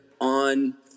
on